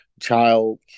child